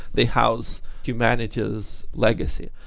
they house humanity's legacy.